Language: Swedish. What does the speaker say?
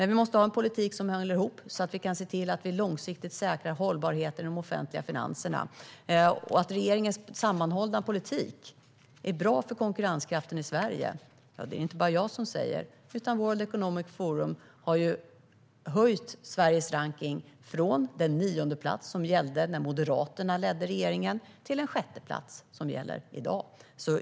Vi måste ha en politik som håller ihop så att vi kan se till att vi långsiktigt säkrar hållbarheten i de offentliga finanserna. Att regeringens sammanhållna politik är bra för konkurrenskraften i Sverige är det inte bara jag som säger. World Economic Forum har höjt Sveriges rankning från den niondeplats som gällde när Moderaterna ledde regeringen till den sjätteplats som gäller i dag.